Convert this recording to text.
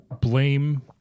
blame